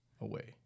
Away